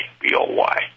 B-O-Y